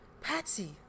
Patsy